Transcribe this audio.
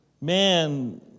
man